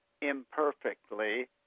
imperfectly